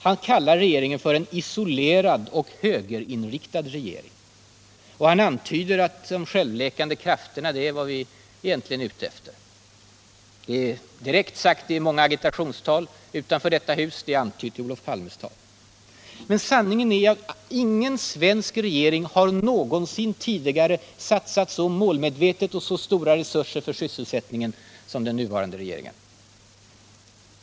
Han kallar regeringen för ”en isolerad och högerinriktad regering”, och han antyder att ”de självläkande krafterna” är vad vi egentligen litar på. Det har direkt sagts i många agitationstal utanför detta hus, och det har antytts i Olof Palmes tal i dag. Men sanningen är att ingen svensk regering någonsin tidigare mer målmedvetet har satsat så stora resurser för sysselsättningen som den nuvarande regeringen.